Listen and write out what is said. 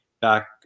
back